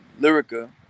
lyrica